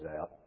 out